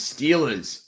Steelers